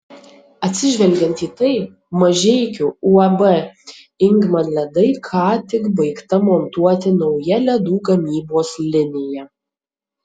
atsižvelgiant į tai mažeikių uab ingman ledai ką tik baigta montuoti nauja ledų gamybos linija